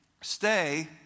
Stay